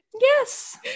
Yes